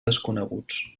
desconeguts